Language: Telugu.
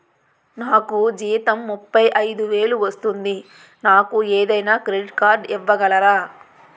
నాకు జీతం ముప్పై ఐదు వేలు వస్తుంది నాకు ఏదైనా క్రెడిట్ కార్డ్ ఇవ్వగలరా?